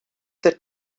that